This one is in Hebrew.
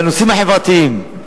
בנושאים החברתיים,